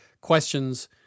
questions